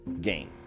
game